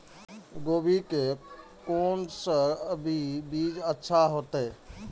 गोभी के कोन से अभी बीज अच्छा होते?